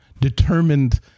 determined